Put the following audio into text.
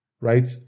right